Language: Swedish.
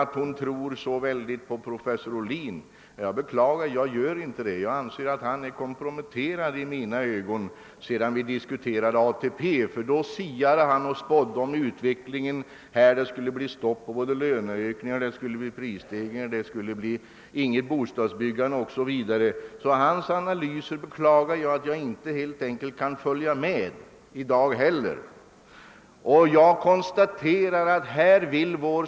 Fru Nettelbrandt tror på professor Ohlin. Det gör inte jag. Han är i mina ögon komprometterad sedan vi diskuterade ATP och han siade om att det skulle bli stopp för löneökningar, att det skulle bli prisstegringar, att bostadsbyggandet skulle upphöra o.s.v. Jag beklagar att jag inte heller i dag kan följa honom i hans analys.